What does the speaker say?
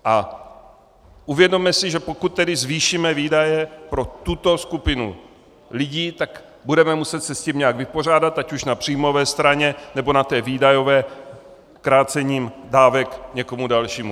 A uvědomme si, že pokud zvýšíme výdaje pro tuto skupinu lidí, tak se s tím budeme muset nějak vypořádat, ať už na příjmové straně, nebo na té výdajové krácením dávek někomu dalšímu.